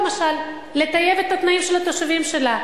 למשל לטייב את התנאים של התושבים שלה,